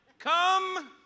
Come